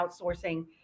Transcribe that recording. outsourcing